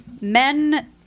men